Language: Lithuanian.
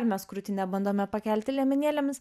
mes krūtine bandome pakelti liemenėlėmis